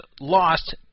lost